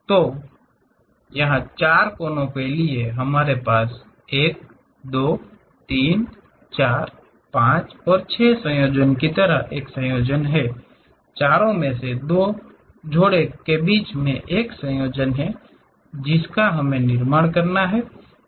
तो यहाँ चार कोने के लिए हमारे पास १ २ ३ ४ ५ ६ संयोजनों की तरह एक संयोजन है 4 में से दो जोड़े के बीच एक संयोजन है जिसका हमें निर्माण करना है